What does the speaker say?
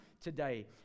today